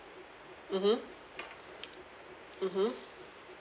mmhmm mmhmm